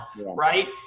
right